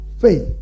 Faith